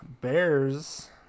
bears